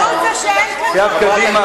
זילות זה שאין כאן, זאת הזילות.